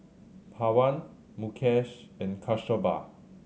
Pawan Mukesh and Kasturba